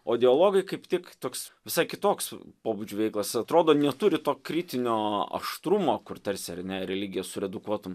o dialogai kaip tik toks visai kitoks pobūdžio veikalas atrodo neturi to kritinio aštrumo kur tarsi ar ne religiją suredukuotum